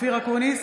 אופיר אקוניס,